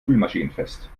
spülmaschinenfest